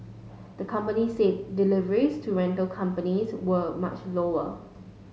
the company said deliveries to rental companies were much lower